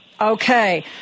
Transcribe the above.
Okay